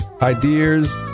ideas